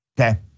okay